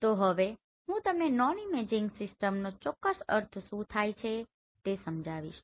તો હવે હું તમને નોન ઇમેજિંગ સીસ્ટમનો ચોક્કસ અર્થ શું થાય છે તે સમજાવીશ